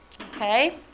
okay